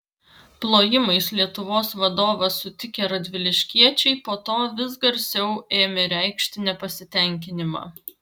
plojimais lietuvos vadovą sutikę radviliškiečiai po to vis garsiau ėmė reikšti nepasitenkinimą